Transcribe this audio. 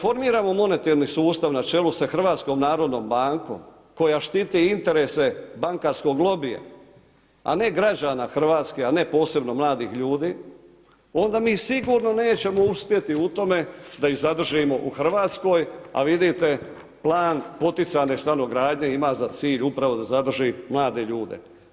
Ako ne ... monetarni sustav na čelu sa HNB-om koja štiti interese bankarskog lobija, a ne građana Hrvatske, a ne posebno mladih ljudi, onda mi sigurno nećemo uspjeti u tome da ih zadržimo u Hrvatskoj, a vidite, plan poticane stanogradnje ima za cilj upravo da zadrži mlade ljude.